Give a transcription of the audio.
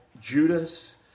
Judas